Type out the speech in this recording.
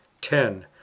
ten